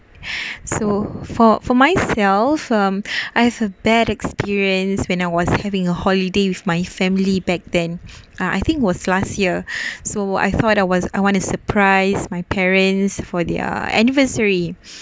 so for for myself um I have a bad experience when I was having a holiday with my family back then uh I think was last year so I thought I was I want to surprise my parents for their anniversary